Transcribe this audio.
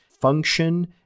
function